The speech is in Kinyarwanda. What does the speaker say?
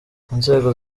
inzego